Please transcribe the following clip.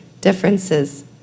differences